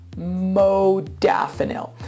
modafinil